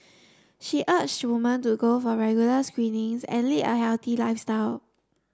she urge woman to go for regular screenings and lead a healthy lifestyle